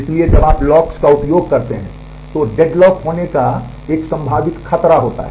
इसलिए जब आप लॉक्स होने का एक संभावित खतरा होता है